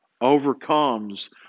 overcomes